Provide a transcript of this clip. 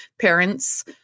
parents